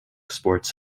sports